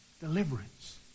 deliverance